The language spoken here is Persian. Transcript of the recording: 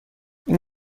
این